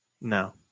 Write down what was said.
No